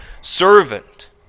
servant